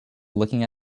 looking